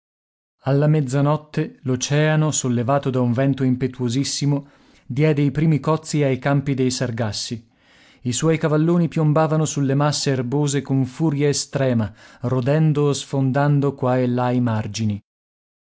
alla mezzanotte l'oceano sollevato da un vento impetuosissimo diede i primi cozzi ai campi dei sargassi i suoi cavalloni piombavano sulle masse erbose con furia estrema rodendo o sfondando qua e là i margini